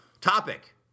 Topic